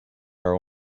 are